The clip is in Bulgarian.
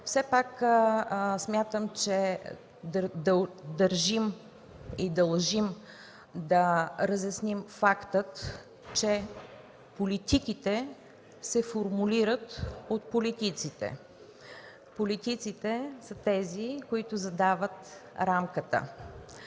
Все пак смятам, че държим и дължим да разясним факта, че политиките се формулират от политиците. Политиците са тези, които задават рамката.